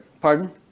Pardon